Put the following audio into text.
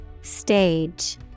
stage